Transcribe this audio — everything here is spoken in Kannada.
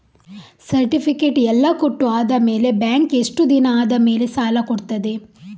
ಸರ್ಟಿಫಿಕೇಟ್ ಎಲ್ಲಾ ಕೊಟ್ಟು ಆದಮೇಲೆ ಬ್ಯಾಂಕ್ ಎಷ್ಟು ದಿನ ಆದಮೇಲೆ ಸಾಲ ಕೊಡ್ತದೆ?